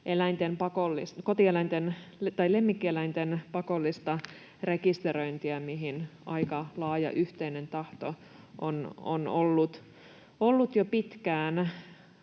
lemmikkieläinten pakollista rekisteröintiä, mihin aika laaja yhteinen tahto on ollut jo pitkään.